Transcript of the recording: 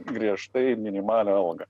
griežtai minimalią algą